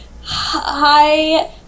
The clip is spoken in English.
Hi